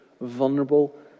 vulnerable